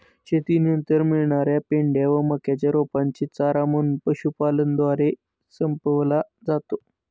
शेतीनंतर मिळणार्या पेंढ्या व मक्याच्या रोपांचे चारा म्हणून पशुपालनद्वारे संपवला जातो